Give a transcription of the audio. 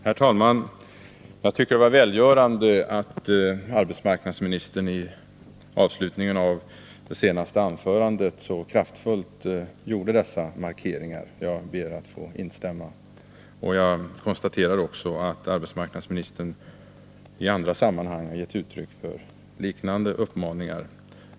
Herr talman! Det var välgörande att arbetsmarknadsministern i avslutningen av det senaste anförandet så kraftfullt gjorde dessa markeringar. Jag ber att få instämma, och jag konstaterar också att arbetsmarknadsministern i andra sammanhang har gett uttryck för liknande uppmaningar.